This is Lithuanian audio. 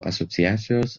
asociacijos